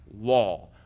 law